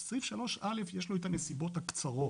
לסעיף הזה יש לו את הנסיבות הקצרות.